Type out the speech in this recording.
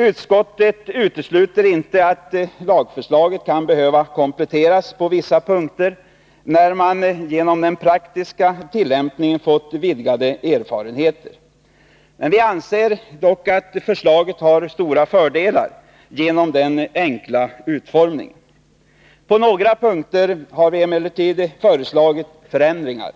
Utskottet utesluter inte att lagförslaget kan behöva kompletteras på vissa punkter när man genom den praktiska tillämpningen fått vidgade erfarenheter. Vi anser dock att förslaget har stora fördelar genom den enkla utformningen. På några punkter har vi emellertid föreslagit förändringar.